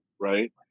right